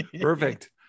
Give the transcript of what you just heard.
Perfect